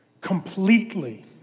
completely